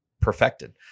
perfected